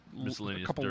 Miscellaneous